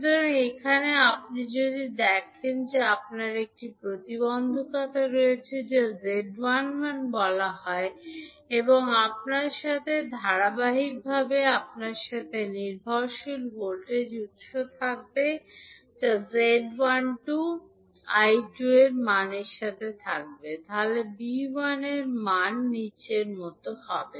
সুতরাং এখানে আপনি যদি দেখেন যে আপনার একটি প্রতিবন্ধকতা রয়েছে যা 𝐳11 বলা হয় এবং আপনার সাথে ধারাবাহিকভাবে আপনার সাথে একটি নির্ভরশীল ভোল্টেজ উত্স থাকবে যা 𝐳12 𝐈2 এর মান রাখে তবে 𝐕1 এর মান কত হবে